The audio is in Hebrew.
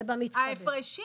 ההפרשים